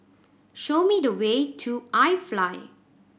show me the way to iFly